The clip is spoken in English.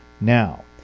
now